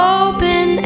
open